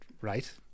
right